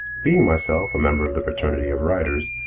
being myself a member of the fraternity of writers,